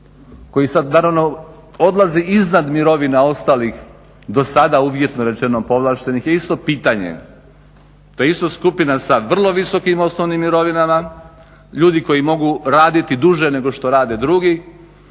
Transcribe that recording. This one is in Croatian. koji sad naravno odlazi iznad mirovina ostalih do sada uvjetno rečeno povlaštenih je isto pitanje. To je isto skupina sa vrlo visokim osnovnim mirovinama, ljudi koji mogu raditi duže nego što rade drugi,